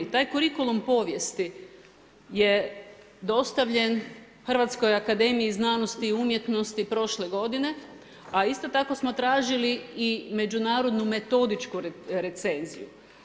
Taj kurikulum povijesti je dostavljen Hrvatskoj akademiji znanosti i umjetnosti prošle godine a isto tako smo tražili i međunarodnu metodičku recenziju.